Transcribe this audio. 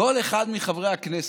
כל אחד מחברי הכנסת,